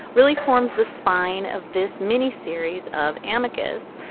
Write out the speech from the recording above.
really forms the spine of this mini series of amicus.